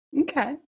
Okay